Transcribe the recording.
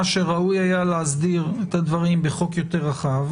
שראוי היה להסדיר את הדברים בחוק יותר רחב.